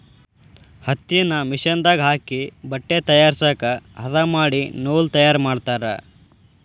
ಹತ್ತಿನ ಮಿಷನ್ ದಾಗ ಹಾಕಿ ಬಟ್ಟೆ ತಯಾರಸಾಕ ಹದಾ ಮಾಡಿ ನೂಲ ತಯಾರ ಮಾಡ್ತಾರ